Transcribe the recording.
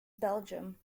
belgium